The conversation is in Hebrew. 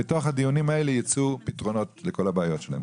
שמתוך הדיונים האלה ייצאו פתרונות לכל הבעיות שלהם.